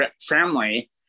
family